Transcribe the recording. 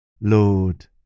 Lord